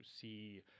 see